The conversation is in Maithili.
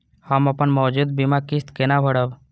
हम अपन मौजूद बीमा किस्त केना भरब?